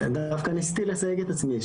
דווקא ניסיתי לסייג את עצמי.